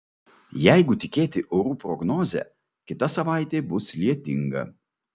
jeigu tikėti orų prognoze kita savaitė bus lietinga